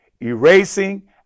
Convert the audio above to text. erasing